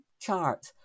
chart